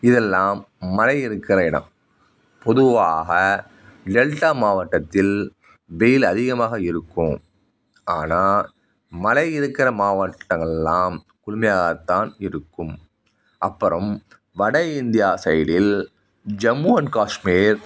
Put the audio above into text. இதெல்லாம் மழை இருக்கிற இடம் பொதுவாக டெல்டா மாவட்டத்தில் வெயில் அதிகமாக இருக்கும் ஆனால் மழை இருக்கிற மாவட்டங்களெலாம் குளுமையாகத்தான் இருக்கும் அப்புறம் வடஇந்தியா சைடில் ஜம்மு அண்ட் காஷ்மீர்